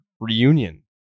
reunion